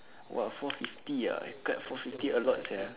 !wah! four fifty ah he cut four fifty a lot sia